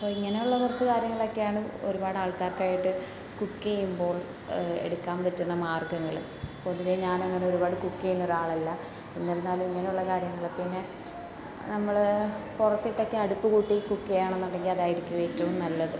അപ്പോൾ ഇങ്ങനെയുള്ള കുറച്ച് കാര്യങ്ങളൊക്കെയാണ് ഒരുപാട് ആൾക്കാർക്കായിട്ട് കുക്ക് ചെയ്യുമ്പോൾ എടുക്കാൻ പറ്റുന്ന മാർഗങ്ങൾ പൊതുവേ ഞാൻ അങ്ങനെ ഒരുപാട് കുക്ക് ചെയ്യുന്ന ഒരു ആളല്ല എന്നിരുന്നാലും ഇങ്ങനെയുള്ള കാര്യങ്ങളൊക്കെ പിന്നെ നമ്മൾ പുറത്തിട്ടൊക്കെ അടപ്പുകൂട്ടി കുക്ക് ചെയ്യുകയാണെന്നുണ്ടെങ്കിൽ അതായിരിക്കും ഏറ്റവും നല്ലത്